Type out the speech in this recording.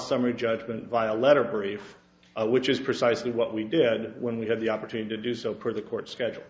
summary judgment via letter brief which is precisely what we did when we had the opportunity to do so per the court schedule